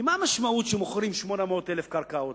כי מה המשמעות שמוכרים 800,000 דונם קרקעות?